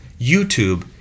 YouTube